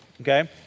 okay